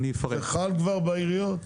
זה חל כבר בעיריות?